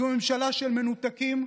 זאת ממשלה של מנותקים,